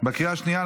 בקריאה השנייה.